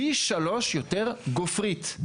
פי 3 יותר גופרית.